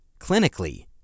clinically